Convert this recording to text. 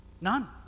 None